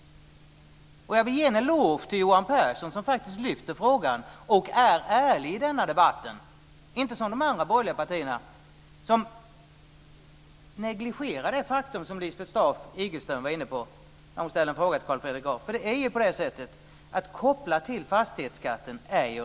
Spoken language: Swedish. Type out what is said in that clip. Jag vill ge en eloge till Johan Pehrson som faktiskt lyfter frågan och är ärlig i denna debatt i stället för att, som man gör i de andra borgerliga partierna, negligera det faktum som Lisbeth Staaf-Igelström var inne på när hon ställde en fråga till Carl Fredrik Graf. Det handlar om att ränteavdragen är kopplade till fastighetsskatten.